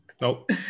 Nope